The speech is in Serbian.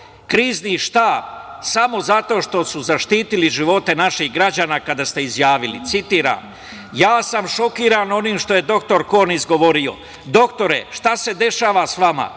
Krizni štab, samo zato što su zaštitili živote naših građana kada ste izjavili, citiram: "Ja sam šokiran onim što je doktor Kon izgovorio. Doktore, šta se dešava sa vama?